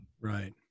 right